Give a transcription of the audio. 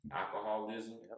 alcoholism